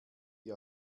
ihr